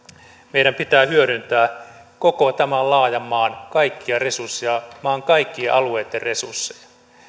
meidän pitää hyödyntää koko tämän laajan maan kaikkia resursseja maan kaikkien alueitten resursseja